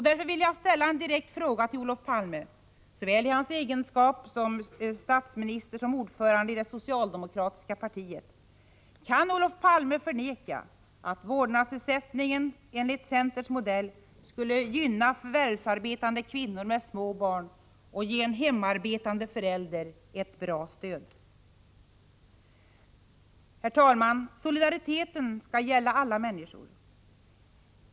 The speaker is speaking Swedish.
Därför vill jag ställa en direkt fråga till Olof Palme såväl i hans egenskap av statsminister som i hans egenskap av ordförande i det socialdemokratiska partiet: Kan Olof Palme förneka att vårdnadsersättning enligt centerns modell skulle gynna förvärvsarbetande kvinnor med små barn och ge en 21 hemarbetande förälder ett bra stöd? Herr talman! Solidariteten skall gälla alla människor.